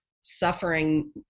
suffering